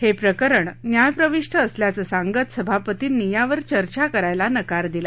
हे प्रकरण न्यायप्रविष्ट असल्याचं सांगत अध्यक्षांनी यावर चर्चा करायला नकार दिला